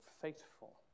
faithful